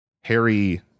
Harry